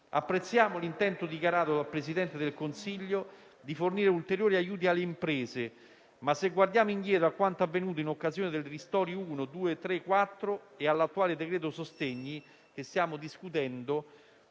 Apprezziamo l'intento dichiarato dal Presidente del Consiglio di fornire ulteriori aiuti alle imprese. Ma, se guardiamo indietro a quanto avvenuto in occasione dei decreti ristori 1, 2, 3, 4 e all'attuale decreto sostegni, che stiamo discutendo...